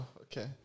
Okay